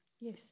Yes